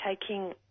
taking